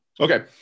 Okay